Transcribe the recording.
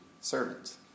servant